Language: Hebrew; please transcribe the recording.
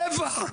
שבע,